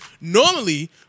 normally